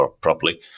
properly